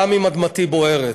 גם אם אדמתי בוערת.